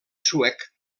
suec